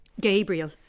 Gabriel